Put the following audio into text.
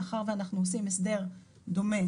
מאחר ואנחנו עושים הסדר דומה,